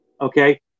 okay